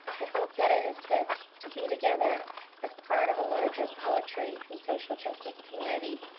i hope that it is good to be together as part of a larger poetry and social justice community.